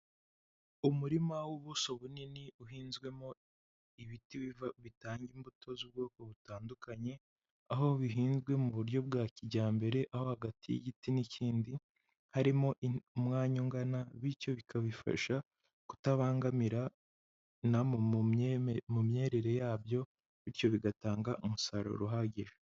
Umurima w'ubuso bunini uhinzwemo ibiti bitanga imbuto z'ubwoko butandukanye, aho bihinzwe mu buryo bwa kijyambere, aho hagati y'igiti n'ikindi harimo umwanya ungana, bityo bikabifasha kutabangamirana mu mimerere yabyo bityo bigatanga umusaruro uhagije.